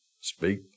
speak